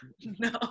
No